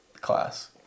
class